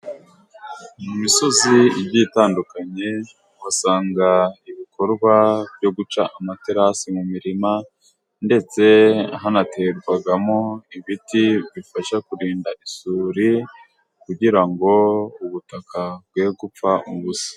Mu misozi igiye itandukanye uhasanga ibikorwa byo guca amaterasi mu mirima ndetse hanaterwagamo ibiti bifasha kurinda isuri kugira ngo ubutaka bwe gupfa ubusa.